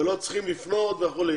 ולא צריכים לפנות וכו'.